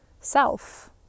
self